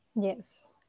Yes